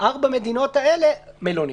ארבע המדינות האלה - מלונית.